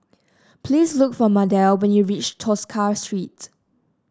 please look for Mardell when you reach Tosca Street